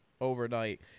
overnight